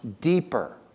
deeper